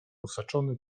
osaczony